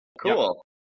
Cool